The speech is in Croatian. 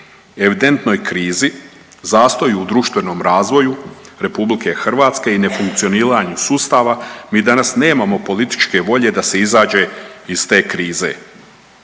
evidentnoj krizi zastoj u društvenoj razvoju RH i nefunkcioniranju sustava mi danas nemamo političke volje da se izađe iz te krize.